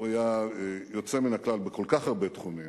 הוא היה יוצא מן הכלל בכל כך הרבה תחומים,